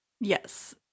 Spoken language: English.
Yes